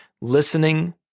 listening